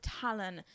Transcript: talent